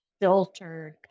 filtered